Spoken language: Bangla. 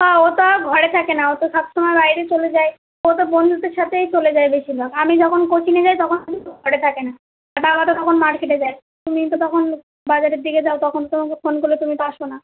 না ও তো আর ঘরে থাকে না ও তো সব সমায় বাইরে চলে যায় ওতো বন্ধুদের সাথেই চলে যায় বেশিরভাগ আমি যখন কোচিংয়ে যাই তখন উনি ঘরে থাকে না বাবা তো তখন মার্কেটে যায় তুমি তো তখন বাজারের দিকে যাও তখন তোমাকে ফোন করলে তুমি তো আসো না